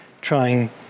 trying